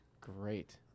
Great